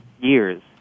years